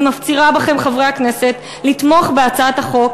אני מפצירה בכם, חברי הכנסת, לתמוך בהצעת החוק.